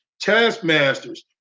taskmasters